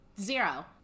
Zero